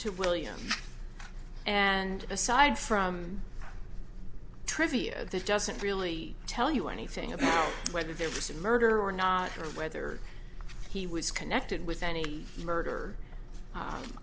to william and aside from trivia that doesn't really tell you anything about whether there was a murder or not or whether he was connected with any murder